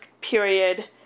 period